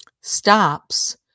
stops